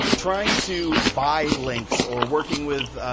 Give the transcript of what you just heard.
trying to buy links or working with,